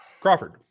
Crawford